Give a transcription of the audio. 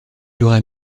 aurait